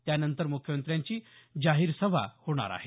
त्यानंतर मुख्यमंत्र्यांची जाहीर सभा होणार आहे